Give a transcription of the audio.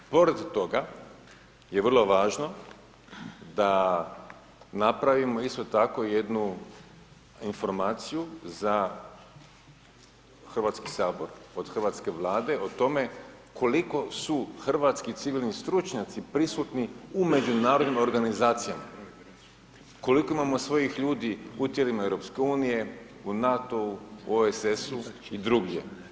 Pored toga, je vrlo važno da napravimo, isto tako, jednu informaciju za Hrvatski sabor od hrvatske vlade, o tome, koliko su hrvatski civilni stručnjaci prisutni u međunarodnim organizacijama, koliko imamo svojih ljudi u tijelima EU, u NATO-u, u OSS-u i drugdje.